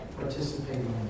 participating